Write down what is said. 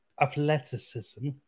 athleticism